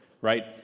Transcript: right